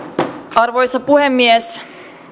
arvoisa puhemies